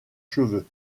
cheveux